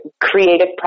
Creative